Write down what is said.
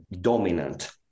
dominant